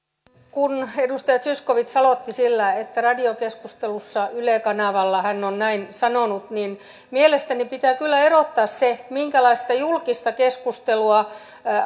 kun edustaja zyskowicz aloitti sillä että radiokeskustelussa yle kanavalla hän on näin sanonut niin mielestäni pitää kyllä erottaa se minkälaista julkista keskustelua